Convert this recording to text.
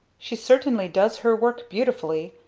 she certainly does her work beautiful,